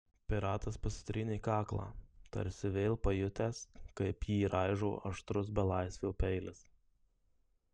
piratas pasitrynė kaklą tarsi vėl pajutęs kaip jį raižo aštrus belaisvio peilis